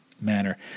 manner